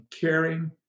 caring